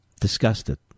Disgusted